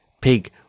pig